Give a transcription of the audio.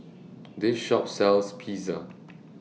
This Shop sells Pizza